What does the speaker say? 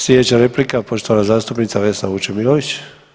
Sljedeća replika poštovana zastupnica Vesna Vučemilović.